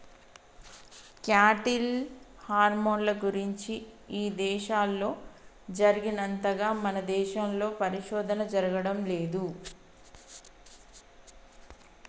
cattle హార్మోన్ల గురించి ఇదేశాల్లో జరిగినంతగా మన దేశంలో పరిశోధన జరగడం లేదు